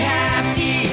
happy